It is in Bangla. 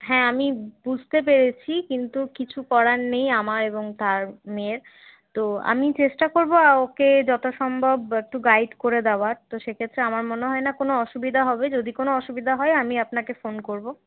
হ্যাঁ আমি বুঝতে পেরেছি কিন্তু কিছু করার নেই আমার এবং তার মেয়ের তো আমি চেষ্টা করব ওকে যথাসম্ভব একটু গাইড করে দেওয়ার তো সে ক্ষেত্রে আমার মনে হয় না কোনো অসুবিধা হবে যদি কোনও অসুবিধা হয় আমি আপনাকে ফোন করব